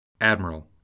Admiral